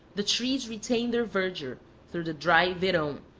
the trees retain their verdure through the dry vera o,